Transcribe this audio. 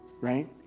right